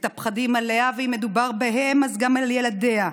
את הפחדים עליה, ואם מדובר ב"הם", אז גם על ילדיה,